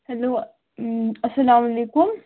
hello اَسَلامُ علیکُم